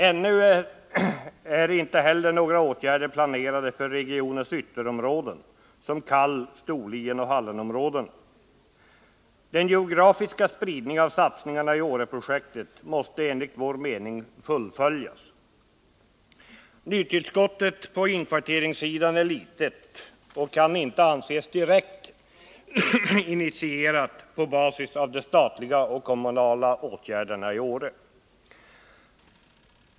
Ännu är inte heller några åtgärder planerade för regionens ytterområden som Kall-, Storlienoch Hallenområdena. Den geografiska spridningen av satsningarna i Åreprojektet måste enligt vår mening fullföljas. Nytillskottet på inkvarteringssidan är litet och kan inte anses direkt initierat på basis av de statliga och kommunala åtgärderna i Åre.